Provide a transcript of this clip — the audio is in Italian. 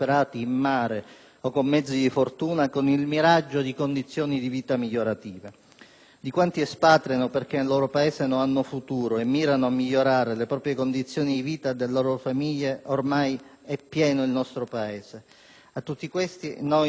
Di quanti espatriano perché nel proprio Paese non hanno futuro e mirano a migliorare le condizioni di vita personali e delle proprie famiglie ormai è pieno il nostro Paese. A tutti questi noi non possiamo, non dobbiamo, offrire illusioni e alimentare speranze ingiustificate.